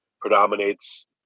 predominates